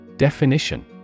Definition